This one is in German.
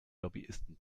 lobbyisten